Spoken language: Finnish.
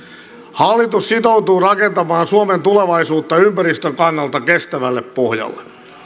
hallitus sitoutuu rakentamaan suomen tulevaisuutta ympäristön kannalta kestävälle pohjalle